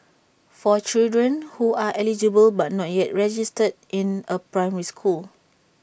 for children who are eligible but not yet registered in A primary school